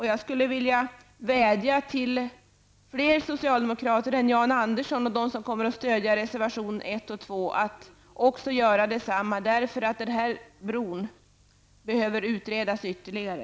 Jag skulle vilja vädja till fler socialdemokrater än Frågan om den här bron behöver utredas ytterligare.